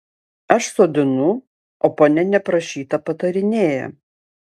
aš sodinu o ponia neprašyta patarinėja